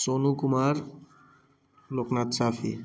Sonu Kumar Loknath Safi